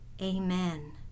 Amen